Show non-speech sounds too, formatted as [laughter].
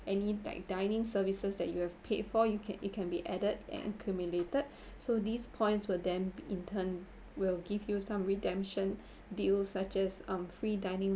any like dining services that you have paid for you can it can be added and accumulated [breath] so these points will then in turn will give you some redemption [breath] deals such as um free dining